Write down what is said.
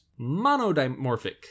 monodimorphic